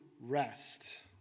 rest